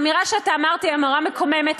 האמירה שאתה אמרת היא אמירה מקוממת.